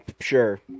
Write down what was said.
sure